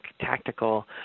tactical